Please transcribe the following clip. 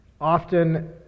Often